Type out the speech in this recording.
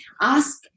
ask